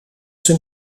zijn